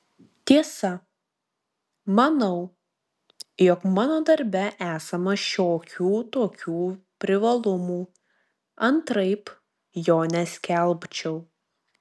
tiesa manau jog mano darbe esama šiokių tokių privalumų antraip jo neskelbčiau